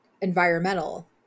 environmental